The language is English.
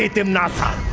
ah timnasa